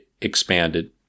expanded